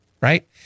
Right